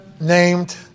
named